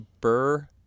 Burr